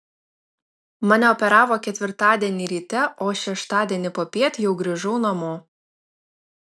mane operavo ketvirtadienį ryte o šeštadienį popiet jau grįžau namo